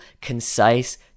concise